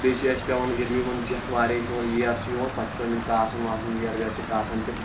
بیٚیہِ چھِ اَسہِ پٮ۪وان ییٚلہِ یِمَن جَتھ واریاہ چھِ یِوان ییر چھِ یِوان پَتہٕ چھِ پٮ۪وان یِم کاسُن واسُن ییر وییر چھِ کاسان تِم